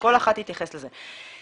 שכל אחת תתייחס לזה.